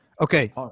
Okay